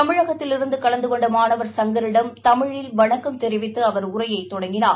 தமிழகத்திலிருந்து கலந்து கொண்ட மாணவர் சங்கரிடம் தமிழில் வணக்கம் தெரிவித்து உரையை தொடங்கினார்